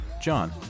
John